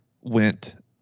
went